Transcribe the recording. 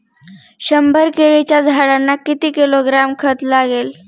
शंभर केळीच्या झाडांना किती किलोग्रॅम खत लागेल?